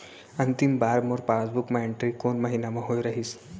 अंतिम बार मोर पासबुक मा एंट्री कोन महीना म होय रहिस?